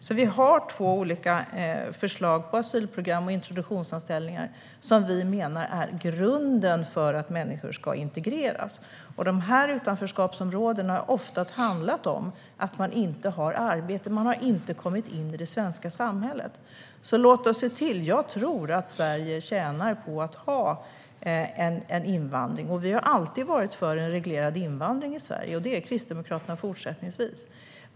Vi har alltså två olika förslag, asylprogram och introduktionsanställningar, som vi menar är grunden för att människor ska integreras. I utanförskapsområdena har det ofta handlat om att man inte har arbete och därför inte har kommit in i det svenska samhället. Jag tror att Sverige tjänar på att ha en invandring. Vi har alltid varit för en reglerad invandring i Sverige, och det är Kristdemokraterna även fortsättningsvis.